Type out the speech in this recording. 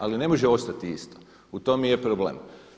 Ali ne može ostati isto, u tome i je problem.